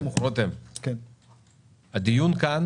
תקשיב, רותם, רותם, הדיון כאן